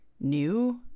new